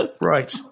right